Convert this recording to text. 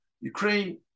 Ukraine